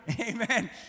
Amen